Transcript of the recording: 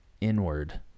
inward